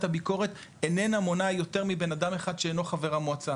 הביקורת איננו מונה יותר מבנאדם אחד שאינו חבר המועצה,